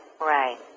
Right